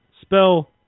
spell